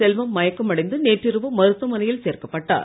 செல்வம் மயமக்கமடைந்து நேற்று இரவு மருத்துவமனையில் சேர்க்கப்பட்டார்